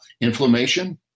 inflammation